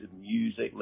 music